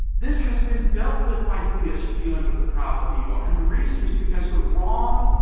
this has been dealt with by theists dealing with the problem of evil and the reason is because the wrong